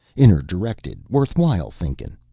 inner-directed worthwhile thinkin'.